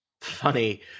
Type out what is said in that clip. funny